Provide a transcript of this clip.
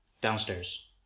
downstairs